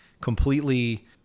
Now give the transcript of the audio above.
completely